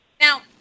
Now